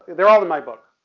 they're all in my book,